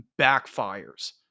backfires